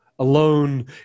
alone